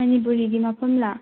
ꯃꯅꯤꯄꯨꯔꯤꯒꯤ ꯃꯐꯝꯂꯥ